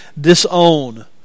disown